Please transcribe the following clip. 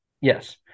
Yes